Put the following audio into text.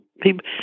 people